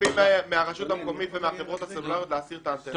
מצפים מהרשות המקומית ומהחברות הסלולריות להסיר את האנטנה.